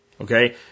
Okay